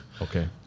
Okay